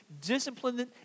disciplined